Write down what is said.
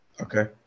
Okay